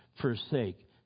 forsake